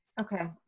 Okay